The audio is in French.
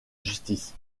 justice